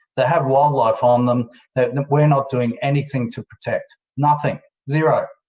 that have wildlife on them that we're not doing anything to protect. nothing. zero.